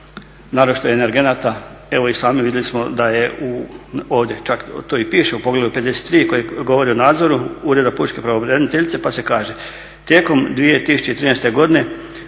naročito energenata. evo i sami vidjeli smo čak ovdje to i piše u poglavlju 53 koje govori o nadzoru Ureda pučke pravobraniteljice pa se kaže tijekom 2013.godine